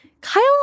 Kyle